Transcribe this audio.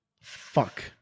Fuck